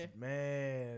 man